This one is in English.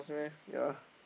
ya